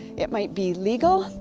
it might be legal,